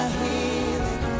healing